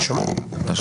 אני שומע.